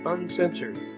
Uncensored